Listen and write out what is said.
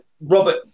Robert